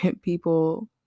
people